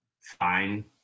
fine